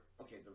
okay